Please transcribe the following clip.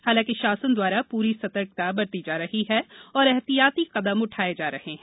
हालांकि शासन द्वारा पुरी सतर्कता बरती जा रही है और ऐहतियाती कदम भी उठाये जा रहे हैं